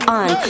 on